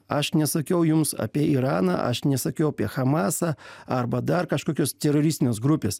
aš nesakiau jums apie iraną aš nesakiau apie hamasą arba dar kažkokios teroristinės grupės